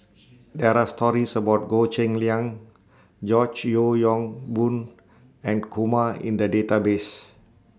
There Are stories about Goh Cheng Liang George Yeo Yong Boon and Kumar in The Database